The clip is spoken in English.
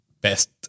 best